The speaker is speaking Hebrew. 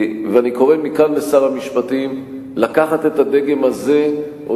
ואני קורא מכאן לשר המשפטים לקחת את הדגם הזה או